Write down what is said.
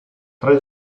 tre